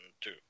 two